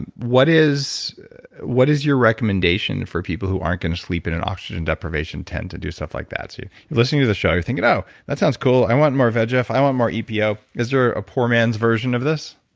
and what is what is your recommendation for people who aren't going to sleep in an oxygen deprivation tend to do stuff like that? if you're listening to the show, you're thinking, oh, that sounds cool. i want more vegf, i want more epo. is there a poor man's version of this?